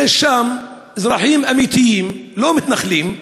יש אזרחים אמיתיים, לא מתנחלים,